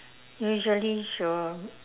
usually she will